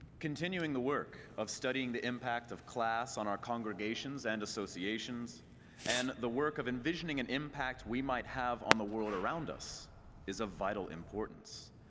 continuing the work of study ing the impact of class on our congregations and associations and the work of envisioning an impact we might have on the world around us is of vital importance.